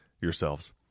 yourselves